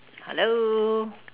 hello